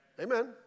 Amen